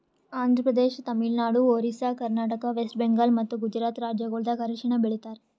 Andhra Pradesh, Tamil Nadu, Orissa, Karnataka, west Bengal ಮತ್ತ ಗುಜರಾತ್ ರಾಜ್ಯಗೊಳ್ದಾಗ್ ಅರಿಶಿನ ಬೆಳಿತಾರ್